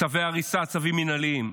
צווי הריסה, צווים מינהליים.